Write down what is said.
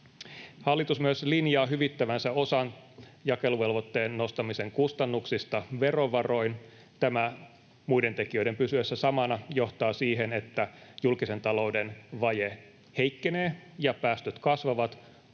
Hallitus myös linjaa hyvittävänsä osan jakeluvelvoitteen nostamisen kustannuksista verovaroin. Muiden tekijöiden pysyessä samana tämä johtaa siihen, että julkisen talouden vaje heikkenee ja päästöt kasvavat,